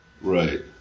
Right